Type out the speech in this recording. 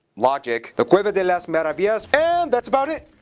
logic the cueva de las maravillas and, that's about it!